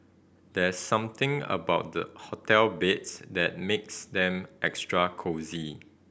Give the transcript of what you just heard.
there something about the hotel beds that makes them extra cosy